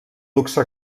luxe